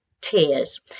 tears